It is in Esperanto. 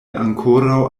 ankoraŭ